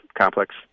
complex